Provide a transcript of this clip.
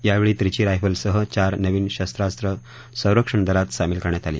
यावेळी त्रीची रायफलसह चार नवीन शस्त्रात्रे संरक्षण दलात सामील करण्यात आली